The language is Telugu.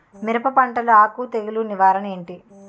మిరప పంటలో ఆకు తెగులు నివారణ ఏంటి?